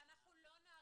למה אתה חושב שאין?